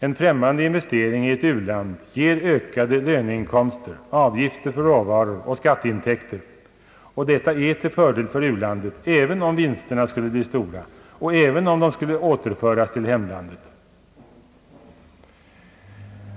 En främmande investering i ett u-land ger ökade löneinkomster, avgifter för råvaror och skatteintäkter, och detta är till fördel för u-landet, även om vinsterna skulle bli stora och även om de skulle återföras till hemlandet.